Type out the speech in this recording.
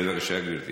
בבקשה, גברתי.